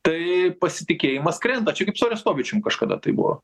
tai pasitikėjimas krenta čia kaip su arestovičium kažkada tai buvo